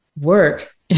work